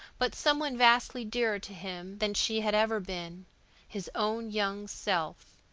but some one vastly dearer to him than she had ever been his own young self,